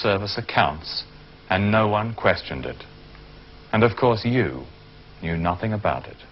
service accounts and no one questioned it and of course you knew nothing about it